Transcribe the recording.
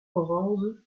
orange